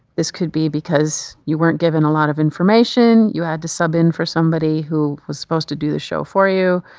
this could be because you weren't given a lot of information, you had to sub in for somebody who was supposed to do the show for you.